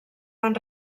van